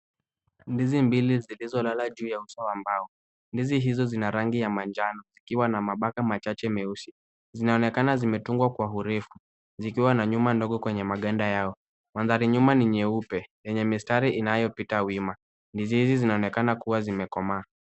Ndizi mbili zilizolala juu ya uso wa mbao, ndizi hizo zina rangi ya manjano zikiwa na mabaka machache meusi. Zinaonekana zimetungwa kwa urefu zikiwa na nyuma ndogo kwenye maganda yao, mandhari nyuma ni nyeupe yenye mistari inayopita wima. Ndizi hizi zinaonekana kuwa zimekomaa.